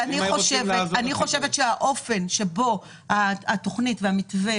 אני חושבת שהאופן שבו התכנית והמתווה